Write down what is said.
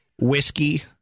whiskey